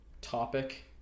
topic